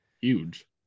huge